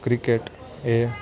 cricket A